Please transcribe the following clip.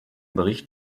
bericht